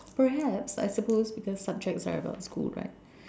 perhaps I suppose because the subjects are about school right